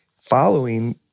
following